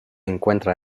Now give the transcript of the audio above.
encuentra